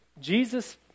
Jesus